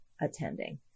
attending